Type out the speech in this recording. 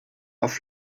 auf